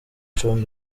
gicumbi